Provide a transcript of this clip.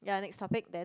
ya next topic then